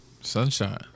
Sunshine